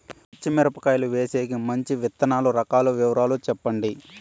పచ్చి మిరపకాయలు వేసేకి మంచి విత్తనాలు రకాల వివరాలు చెప్పండి?